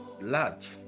large